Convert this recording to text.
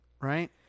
right